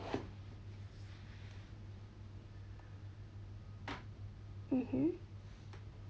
mmhmm